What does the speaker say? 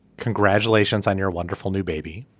congratulations on your wonderful new baby.